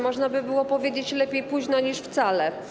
Można by było powiedzieć: lepiej późno niż wcale.